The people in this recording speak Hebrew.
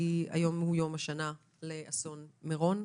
היום הוא יום השנה לאסון מירון,